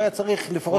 הוא היה צריך לפחות,